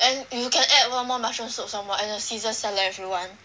and you can add one more mushroom soup some more and a caesar salad if you want